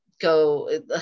go